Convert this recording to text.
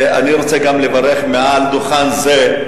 אני רוצה לברך מעל דוכן זה,